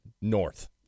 north